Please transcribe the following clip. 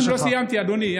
דקת נאומים לא סיימתי, אדוני.